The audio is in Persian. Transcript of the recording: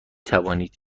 توانید